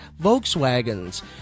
Volkswagens